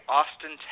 Austin